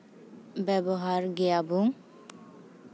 ᱵᱮᱵᱚᱦᱟᱨ ᱜᱮᱭᱟᱵᱚᱱ